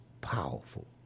powerful